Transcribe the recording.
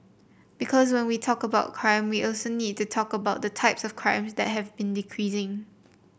because when we talk about crime we also need to talk about the types of crimes that have been decreasing